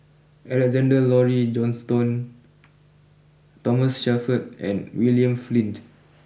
Alexander Laurie Johnston Thomas Shelford and William Flint